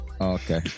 Okay